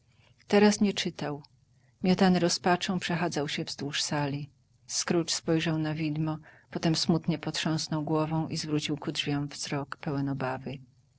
teraz nie czytał miotany rozpaczą przechadzał się wzdłuż sali scrooge spojrzał na widmo potem smutnie potrząsnął głową i zwrócił ku drzwiom wzrok pełen obawy